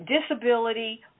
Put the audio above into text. disability